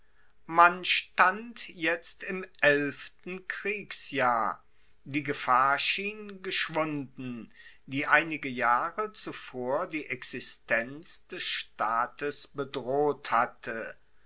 man stand jetzt im elften kriegsjahr die gefahr schien geschwunden die einige jahre zuvor die existenz des staates bedroht hatte